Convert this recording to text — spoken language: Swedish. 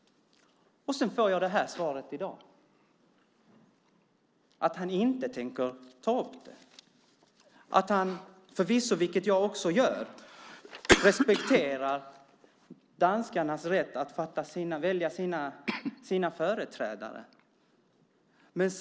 Och i dag får jag svaret att han inte tänker ta upp frågan och att han respekterar danskarnas rätt att välja sina företrädare, vilket förvisso även jag gör.